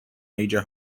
major